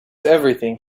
everything